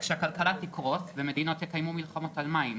מעבר ליחידת השריפות שהקמנו כבר לפני שנתיים,